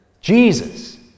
Jesus